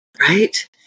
Right